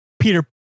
Peter